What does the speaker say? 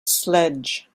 sledge